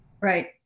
Right